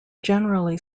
generally